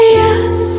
yes